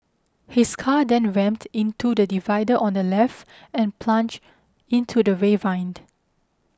his car then rammed into the divider on the left and plunged into the ravine